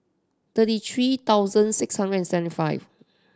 thirty three thousand six hundred and seventy five